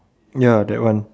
ya that one